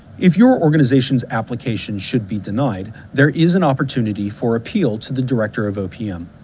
if you organizations application should be denied, there is an opportunity for appeal to the director of opm.